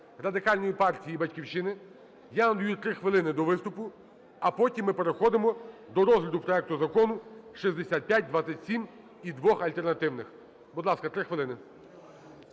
Радикальної партії і "Батьківщини". Я надаю 3 хвилини для виступу, а потім ми переходимо до розгляду проекту закону 6527 і двох альтернативних. Будь ласка, 3 хвилини.